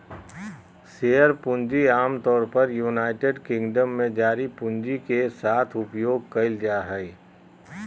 share पूंजी आमतौर पर यूनाइटेड किंगडम में जारी पूंजी के साथ उपयोग कइल जाय हइ